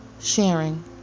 sharing